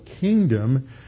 kingdom